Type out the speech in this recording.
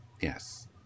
Yes